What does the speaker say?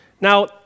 Now